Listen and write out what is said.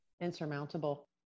insurmountable